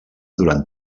durant